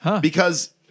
because-